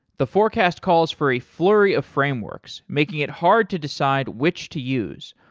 the forecast calls for a flurry of frameworks making it hard to decide which to use,